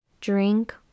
drink